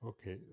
Okay